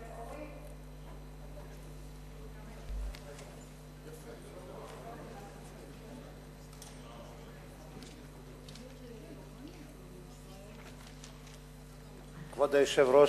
כבוד היושב-ראש,